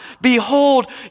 Behold